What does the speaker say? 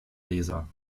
leser